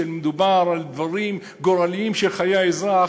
כשמדובר על דברים גורליים של חיי האזרח,